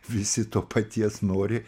visi to paties nori